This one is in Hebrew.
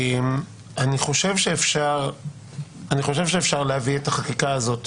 אני חושב שאפשר להביא את החקיקה הזאת